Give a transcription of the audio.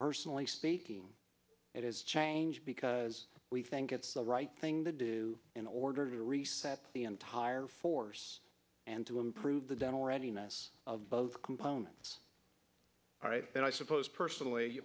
personally speaking it is changed because we think it's the right thing to do in order to reset the entire force and to improve the dental readiness of both components and i suppose personally